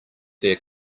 their